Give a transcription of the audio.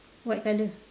white colour